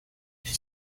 she